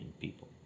people